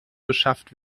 beschafft